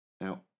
Now